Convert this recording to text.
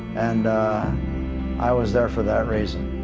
and i was there for that reason.